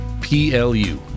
plu